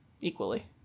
equally